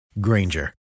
Granger